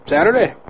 Saturday